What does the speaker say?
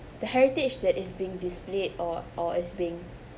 the heritage that is being displayed or or as being